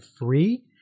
free